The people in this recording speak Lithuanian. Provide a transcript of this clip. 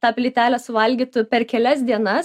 tą plytelę suvalgytų per kelias dienas